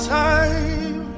time